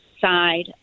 side